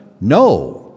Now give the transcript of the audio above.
No